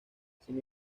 sin